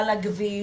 על הכביש,